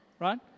right